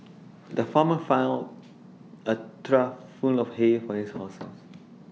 the farmer filled A trough full of hay for his horses